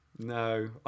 No